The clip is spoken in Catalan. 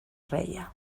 reia